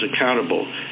accountable